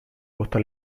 gusto